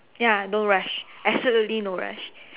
ya don't rush absolutely no rush